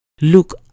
look